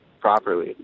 properly